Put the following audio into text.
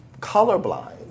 colorblind